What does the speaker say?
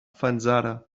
fanzara